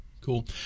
Cool